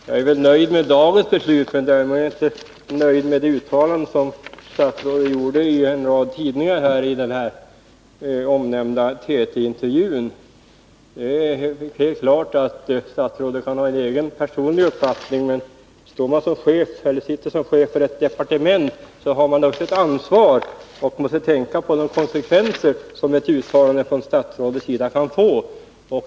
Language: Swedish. Herr talman! Jag är nöjd med dagens besked. Däremot är jag inte nöjd med det uttalande som statsrådet gjort i en rad tidningar och i den omnämnda TT-intervjun. Det är helt klart att statsrådet kan ha en personlig uppfattning, men sitter man som chef för ett departement har man också ett ansvar och måste tänka på de konsekvenser som uttalanden från ett statsråds sida kan få.